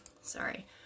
Sorry